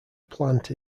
plant